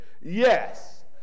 Yes